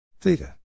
theta